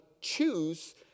choose